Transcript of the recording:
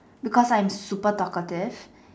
because I'm super talkative